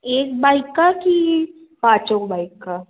एक बाइक का कि पाँचों बाइक का